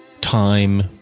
time